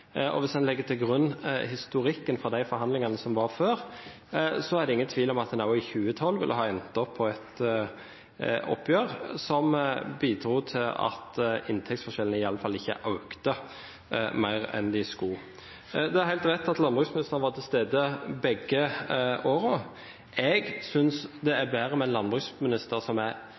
og hvis en legger historikken for de tidligere forhandlingene til grunn, er det ingen tvil om at man også i 2012 ville ha endt opp med et oppgjør som bidro til at inntektsforskjellene i alle fall ikke økte mer enn de skulle. Det er helt rett at landbruksministeren var til stede begge årene. Jeg synes det er bedre med en landbruksminister som er